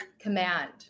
command